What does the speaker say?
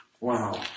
Wow